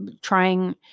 trying